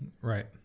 Right